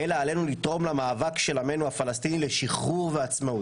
אלא עלינו לתרום למאבק של עמנו הפלסטיני לשחרור ועצמאות.